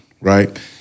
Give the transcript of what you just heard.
Right